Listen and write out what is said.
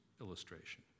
illustration